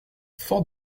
fort